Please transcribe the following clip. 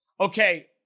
Okay